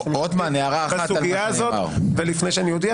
המשפטית בסוגייה הזאת לפני שאני אודיע,